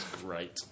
great